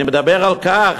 אני מדבר על כך